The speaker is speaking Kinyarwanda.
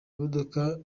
modoka